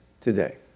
today